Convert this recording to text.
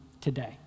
today